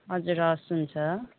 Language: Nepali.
हजुर हवस् हुन्छ